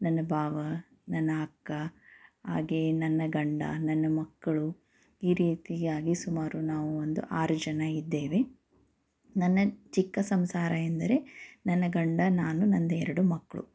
ನನ್ನ ಭಾವ ನನ್ನ ಅಕ್ಕ ಹಾಗೆಯೇ ನನ್ನ ಗಂಡ ನನ್ನ ಮಕ್ಕಳು ಈ ರೀತಿಯಾಗಿ ಸುಮಾರು ನಾವು ಒಂದು ಆರು ಜನ ಇದ್ದೇವೆ ನನ್ನ ಚಿಕ್ಕ ಸಂಸಾರ ಎಂದರೆ ನನ್ನ ಗಂಡ ನಾನು ನನ್ನದು ಎರಡು ಮಕ್ಕಳು